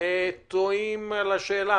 תוהים על השאלה.